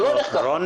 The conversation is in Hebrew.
זה לא הולך ככה,